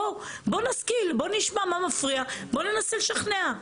בואו נשכיל, בואו נשמע מה מפריע, בואו ננסה לשכנע.